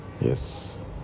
yes